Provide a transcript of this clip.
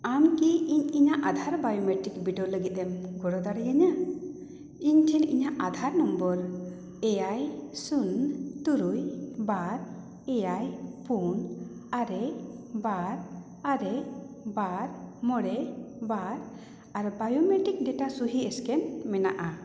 ᱟᱢ ᱠᱤ ᱤᱧ ᱤᱧᱟᱹᱜ ᱟᱫᱷᱨ ᱵᱟᱭᱳᱢᱮᱴᱨᱤᱠ ᱵᱤᱰᱟᱹᱣ ᱞᱟᱹᱜᱤᱫ ᱮᱢ ᱜᱚᱲᱚ ᱫᱟᱲᱮᱭᱤᱧᱟ ᱤᱧ ᱴᱷᱮᱱ ᱤᱧᱟᱹᱜ ᱟᱫᱷᱟᱨ ᱱᱚᱢᱵᱚᱨ ᱮᱭᱟᱭ ᱥᱩᱱ ᱛᱩᱨᱩᱭ ᱵᱟᱨ ᱮᱭᱟᱭ ᱯᱩᱱ ᱟᱨᱮ ᱵᱟᱨ ᱟᱨᱮ ᱵᱟᱨ ᱢᱚᱬᱮ ᱵᱟᱨ ᱟᱨ ᱵᱟᱭᱳᱢᱮᱴᱨᱤᱠ ᱰᱮᱴᱟ ᱥᱚᱦᱤ ᱥᱠᱮᱱ ᱢᱮᱱᱟᱜᱼᱟ